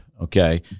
okay